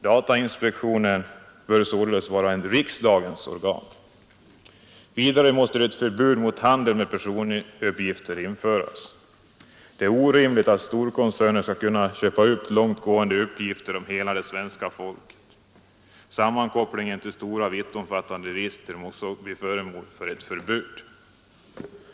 Datainspektionen bör således vara ett riksdagens organ. Vidare måste ett förbud mot handel med personuppgifter införas. Det är orimligt att storkoncerner skall kunna köpa upp långt gående uppgifter om hela det svenska folket. Sammankopplingen till stora vittomfattande register måste också bli föremål för ett förbud.